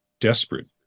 desperate